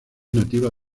nativa